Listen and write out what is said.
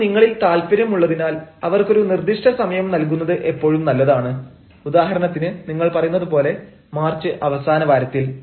അവർക്ക് നിങ്ങളിൽ താല്പര്യം ഉള്ളതിനാൽ അവർക്കൊരു നിർദിഷ്ടസമയം നൽകുന്നത് എപ്പോഴും നല്ലതാണ് ഉദാഹരണത്തിന് നിങ്ങൾ പറയുന്നതുപോലെ മാർച്ച് അവസാന വാരത്തിൽ